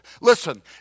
Listen